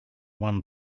one